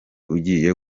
ugiye